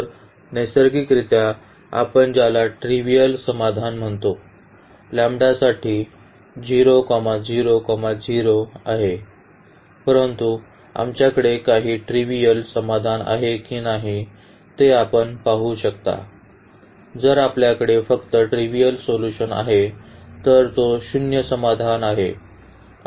तर नैसर्गिकरित्या आपण ज्याला ट्रिव्हिअल समाधान म्हणतो लॅम्बडाससाठी 0 0 0 आहे परंतु आमच्याकडे काही ट्रिव्हिअल समाधान आहे की नाही ते आपण पाहू शकता जर आपल्याकडे फक्त ट्रिव्हिअल सोल्यूशन आहे तर तो शून्य समाधान आहे